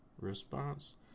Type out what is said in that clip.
response